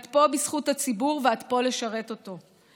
את פה בזכות הציבור ואת פה לשרת אותו.